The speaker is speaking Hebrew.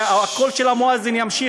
והקול של המואזין ימשיך,